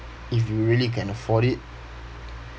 if you really can afford it